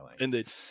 Indeed